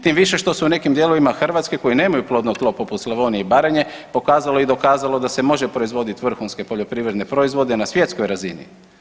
Tim više što se u nekim dijelovima Hrvatske koji nemaju plodno tlo, poput Slavonije i Baranje pokazalo i dokazalo da se može proizvoditi vrhunske poljoprivredne proizvode na svjetskoj razini.